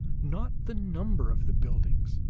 not the number of the buildings.